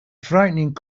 frightening